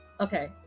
Okay